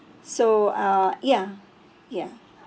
so uh ya ya